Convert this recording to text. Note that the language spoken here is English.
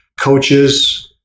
coaches